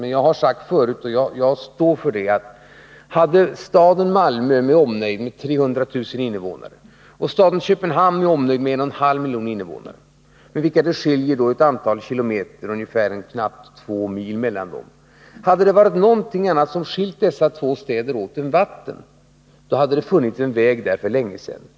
Men jag harsagt tidigare, och det står jag för, att hade staden Malmö med omnejd, med 300 000 invånare, och Köpenhamn med omnejd, med 1,5 miljoner invånare, mellan vilka båda städer avståndet är knappt två mil, varit åtskilda av något annat än vatten, hade det funnits en väg mellan dem för länge sedan.